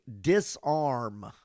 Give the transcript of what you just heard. disarm